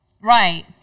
Right